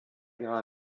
ihrer